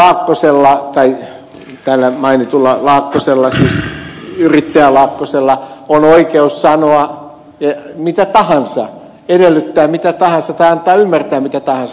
sananvapauden kannalta laakkosella tällä mainitulla yrittäjä laakkosella on oikeus sanoa mitä tahansa edellyttää mitä tahansa tai antaa ymmärtää mitä tahansa